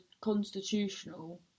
Constitutional